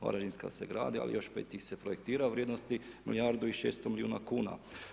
Varaždinska se gradi, ali još 5 ih se projektira u vrijednosti milijardu i 600 milijuna kuna.